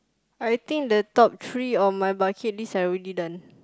I think the top three on my budget list I already done